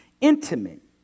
intimate